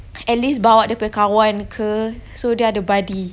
at least bawa dia punya kawan ke so dia ada buddy